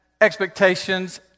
expectations